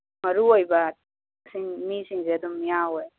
ꯃꯔꯨ ꯑꯣꯏꯕ ꯁꯤꯡ ꯃꯤꯁꯤꯡꯁꯦ ꯑꯗꯨꯝ ꯌꯥꯎꯑꯦ